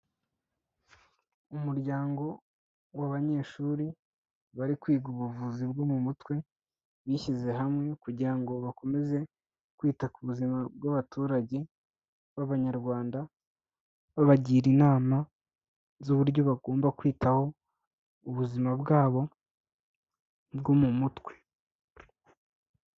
Umuryango w'abanyeshuri bari kwiga ubuvuzi bwo mu mutwe, bishyize hamwe kugira ngo bakomeze kwita ku buzima bw'abaturage b'Abanyarwanda, babagira inama z'uburyo bagomba kwitaho ubuzima bwabo bwo mu mutwe.